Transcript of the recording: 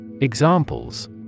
Examples